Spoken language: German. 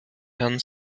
herrn